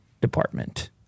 department